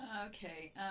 Okay